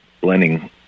blending